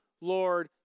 Lord